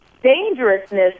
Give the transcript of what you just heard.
Dangerousness